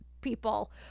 people